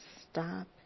stop